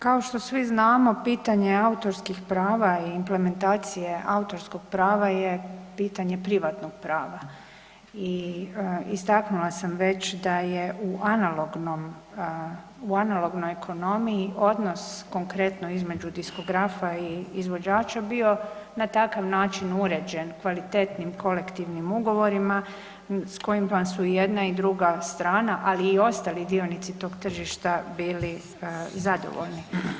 Kao što svi znamo pitanje autorskih prava i implementacije autorskog prava je pitanje privatnog prava i istaknula sam već da je u analognom, u analognoj ekonomiji odnos konkretno između diskografa i izvođača bio na takav način uređen kvalitetnim kolektivnim ugovorima s kojima su i jedna i druga strana, ali i ostali dionici tog tržišta bili zadovoljni.